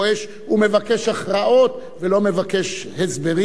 גועש ומבקש הכרעות ולא מבקש הסברים.